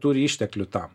turi išteklių tam